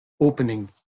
opening